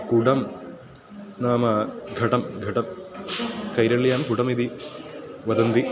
गुडं नाम घटं घटं कैरळ्यां कुडमिति वदन्ति